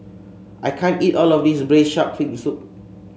I can't eat all of this Braised Shark Fin Soup